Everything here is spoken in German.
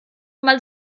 mal